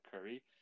Curry